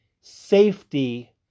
safety